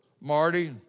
Marty